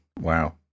Wow